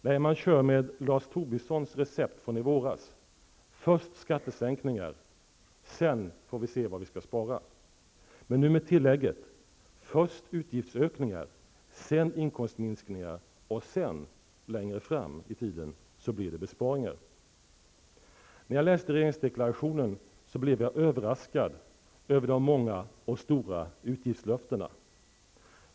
Nej, man kör med Lars Tobissons recept från i våras: först skattesänkningar, sedan får vi se vad vi skall spara. Men nu har man gjort tillägget: först utgiftsökningar, sedan inkomstminskningar och sedan, längre fram i tiden, blir det besparingar. När jag läste regeringsdeklarationen, blev jag överraskad över de många och stora utgiftslöftena.